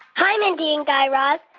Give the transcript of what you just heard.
hi, mindy and guy raz.